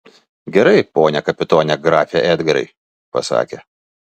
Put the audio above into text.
gerai pone kapitone grafe edgarai pasakė